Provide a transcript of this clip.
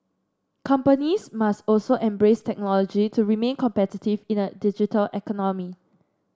companies must also embrace technology to remain competitive in a digital